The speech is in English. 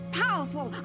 powerful